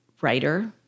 writer